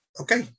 Okay